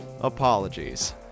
Apologies